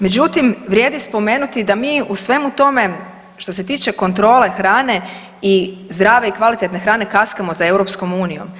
Međutim, vrijedi spomenuti da mi u svemu tome što se tiče kontrole hrane i zdrave i kvalitetne hrane kaskamo za EU.